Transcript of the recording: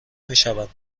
میشوند